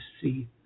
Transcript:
see